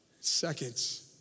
seconds